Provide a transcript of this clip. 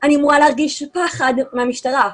אני אמורה להרגיש פחד מן המשטרה?